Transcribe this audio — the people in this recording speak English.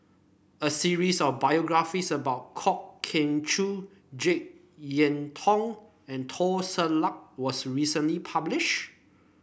a series of biographies about Kwok Kian Chow JeK Yeun Thong and Teo Ser Luck was recently published